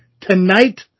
Tonight